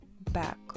back